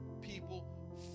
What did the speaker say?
people